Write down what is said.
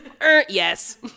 Yes